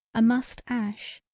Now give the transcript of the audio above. a mussed ash,